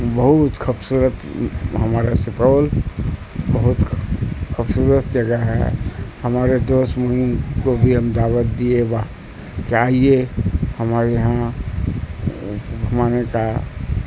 بہت خوبصورت ہمارا سپول بہت خوبصورت جگہ ہے ہمارے دوست کو بھی ہم دعوت دیے وہاں کہ آئیے ہمارے یہاں گھمانے کا